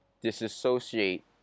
disassociate